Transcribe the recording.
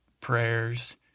prayers